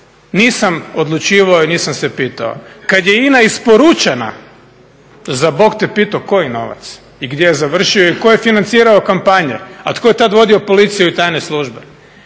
nisam odlučivao i nisam se pitao. Kad je INA isporučena za Bog te pitao koji novac i gdje je završio i tko je financirao kampanje, a tko je tad vodio policiju i tajne službe,